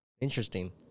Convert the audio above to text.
Interesting